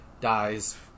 dies